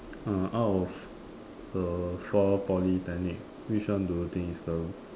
(uh)out of the four Polytechnic which one do you think is the